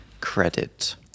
credit